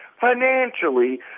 financially